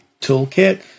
toolkit